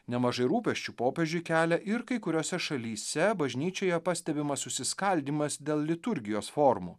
nemažai rūpesčių popiežiui kelia ir kai kuriose šalyse bažnyčioje pastebimas susiskaldymas dėl liturgijos formų